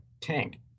tank